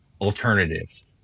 alternatives